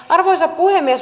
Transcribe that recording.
arvoisa puhemies